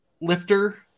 lifter